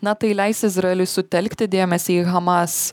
na tai leis izraeliui sutelkti dėmesį į hamas